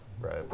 right